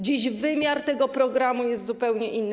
Dziś wymiar tego programu jest zupełnie inny.